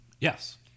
Yes